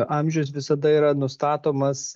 amžius visada yra nustatomas